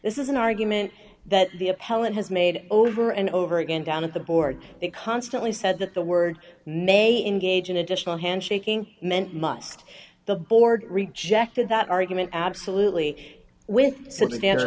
this is an argument that the appellant has made over and over again down of the board they constantly said that the word may engage in additional handshaking meant must the board rejected that argument absolutely with